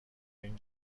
این